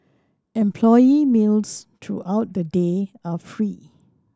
employee meals throughout the day are free